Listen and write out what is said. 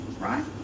right